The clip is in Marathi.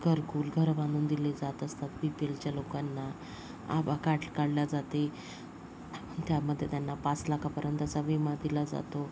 घरकुल घर बांधून दिली जात असतात पी पी एलच्या लोकांना आबा काड काढला जाते त्यामध्ये त्यांना पाच लाेकांपर्यंतचा विमा दिला जातो